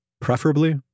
preferably